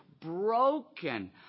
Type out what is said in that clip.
broken